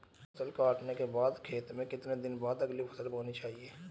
फसल काटने के बाद खेत में कितने दिन बाद अगली फसल बोनी चाहिये?